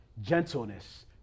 gentleness